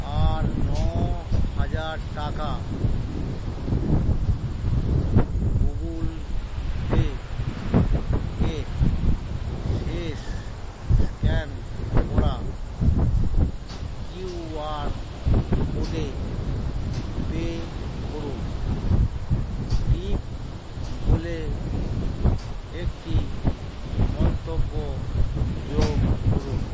আর ন হাজার টাকা গুগল পে এ শেষ স্ক্যান করা কিউআর কোডে পে করুন টিপ বলে একটি মন্তব্য যোগ করুন